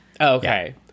Okay